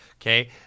okay